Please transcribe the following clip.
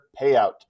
payout